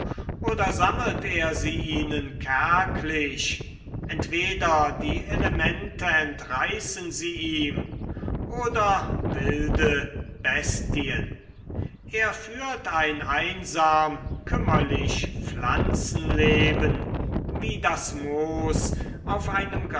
oder sammelt er sie ihnen kärglich entweder die elemente entreißen sie ihm oder wilde bestien er führt ein einsam kümmerlich pflanzenleben wie das moos auf einem